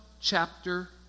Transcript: chapter